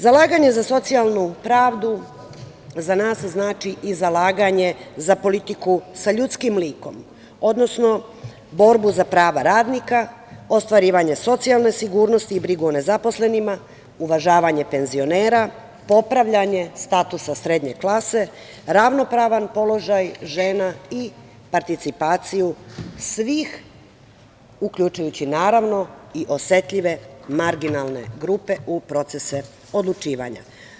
Zalaganje za socijalnu pravdu za nas znači i zalaganje za politiku sa ljudskim likom, odnosno borbu za prava radnika, ostvarivanje socijalne sigurnosti i brigu o nezaposlenima, uvažavanje penzionera, popravljanje statusa srednje klase, ravnopravan položaj žena i participaciju svih, uključujući, naravno, i osetljive, marginalne grupe u procese odlučivanja.